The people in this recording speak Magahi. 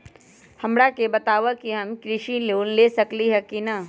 हमरा के बताव कि हम कृषि लोन ले सकेली की न?